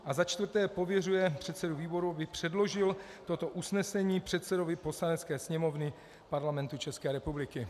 IV. pověřuje předsedu výboru, aby předložil toto usnesení předsedovi Poslanecké sněmovny Parlamentu České republiky.